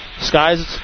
Skies